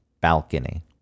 balcony